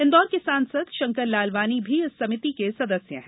इंदौर के सांसद शंकर लालवानी भी इस समिति के सदस्य हैं